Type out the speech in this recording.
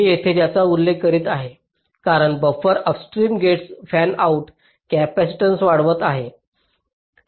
मी येथे ज्याचा उल्लेख करीत आहे कारण बफर अपस्ट्रीम गेट्सची फॅनआउट कपॅसिटीन्स वाढवत नाहीत